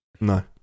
No